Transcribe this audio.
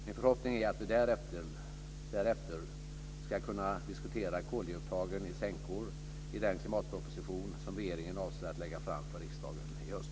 Min förhoppning är att vi därefter ska kunna diskutera koldioxidupptag i sänkor i den klimatproposition som regeringen avser att lägga fram för riksdagen i höst.